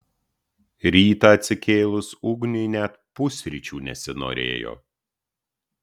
rytą atsikėlus ugniui net pusryčių nesinorėjo